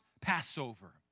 Passover